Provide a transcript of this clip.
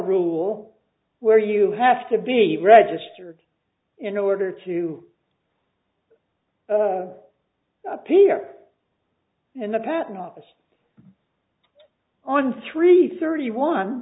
rule where you have to be registered in order to appear in the patent office on three thirty one